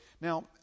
Now